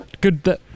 Good